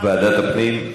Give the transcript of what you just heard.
ועדת הפנים.